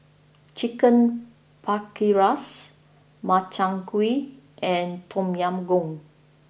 Chicken Paprikas Makchang Gui and Tom Yam Goong